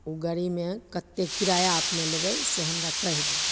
ओ गाड़ीमे कतेक किराया अपने लेबै से हमरा कहि देबै